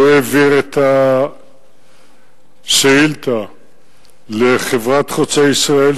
הוא העביר את השאילתא לחברת "חוצה ישראל",